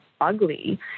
ugly